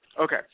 Okay